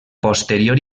posterior